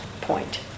point